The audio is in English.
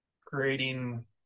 creating